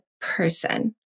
person